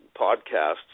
podcasts